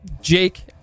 Jake